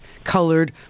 colored